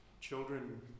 children